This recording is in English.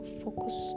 focus